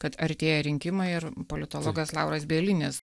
kad artėja rinkimai ir politologas lauras bielinis